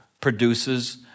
produces